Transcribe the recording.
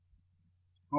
professor Abhijit P